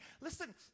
listen